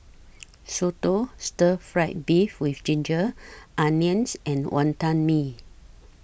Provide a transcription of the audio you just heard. Soto Stir Fried Beef with Ginger Onions and Wonton Mee